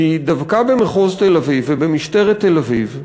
כי דווקא במחוז תל-אביב, ובמשטרת תל-אביב,